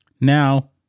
Now